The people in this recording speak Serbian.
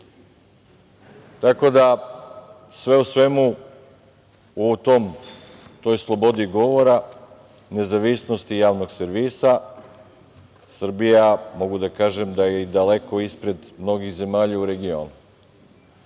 Tako da, u sve u svemu, u toj slobodni govora nezavisnosti javnog servisa, Srbija, mogu da kažem da je daleko ispred mnogih zemalja u regionu. Mi